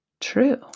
true